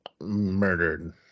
murdered